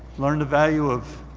learn the value of